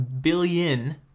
billion